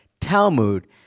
Talmud